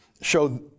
show